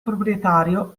proprietario